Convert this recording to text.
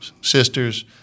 sisters